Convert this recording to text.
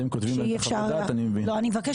אני מבין שאתם כותבים את חוות הדעת.